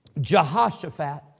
Jehoshaphat